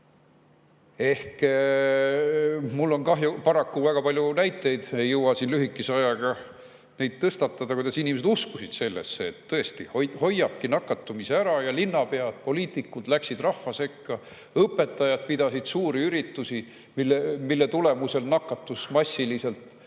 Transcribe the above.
on paraku väga palju näiteid, ei jõua siin lühikese ajaga neid tõstatada, kuidas inimesed uskusid sellesse, et tõesti hoiabki nakatumise ära. Linnapead, poliitikud läksid rahva sekka, õpetajad pidasid suuri üritusi, mille tulemusel nakatus massiliselt